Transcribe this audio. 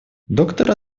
доктор